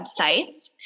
websites